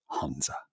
Hansa